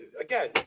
Again